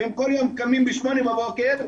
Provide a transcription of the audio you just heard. והם כל יום קמים בשמונה בבוקר,